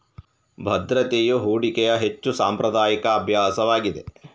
ಭದ್ರತೆಯು ಹೂಡಿಕೆಯ ಹೆಚ್ಚು ಸಾಂಪ್ರದಾಯಿಕ ಅಭ್ಯಾಸವಾಗಿದೆ